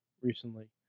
recently